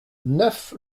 neuf